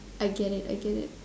I get it I get it